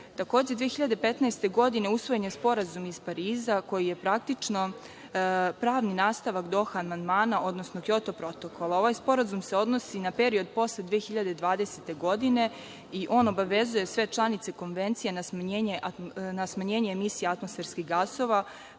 Takođe, 2015. godine usvojen je Sporazum iz Pariza koji je praktično pravni nastavak Doha amandmana, odnosno Kjoto protokola. Ovaj sporazum odnosi se na period posle 2020. godine i on obavezuje sve članice Konvencije na smanjenje emisije atmosferskih gasova